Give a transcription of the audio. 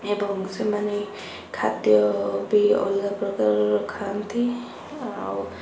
ଏବଂ ସେମାନେ ଖାଦ୍ୟ ପେୟ ଅଲଗା ପ୍ରକାର ଖାଆନ୍ତି ଆଉ